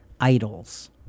idols